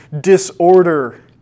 disorder